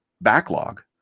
backlog